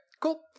cool